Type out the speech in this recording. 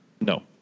No